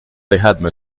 dejadme